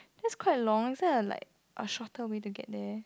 that's quite long is there a like a shorter way to get there